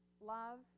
Love